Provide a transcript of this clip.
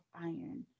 iron